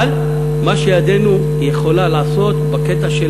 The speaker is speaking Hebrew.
אבל מה שידנו יכולה לעשות בקטע של